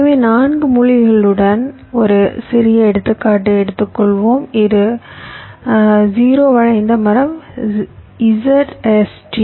எனவே 4 மூழ்கிகளுடன் ஒரு சிறிய எடுத்துக்காட்டை எடுத்துக்கொள்வோம் இது 0 வளைந்த மரம் ZST